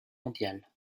mondial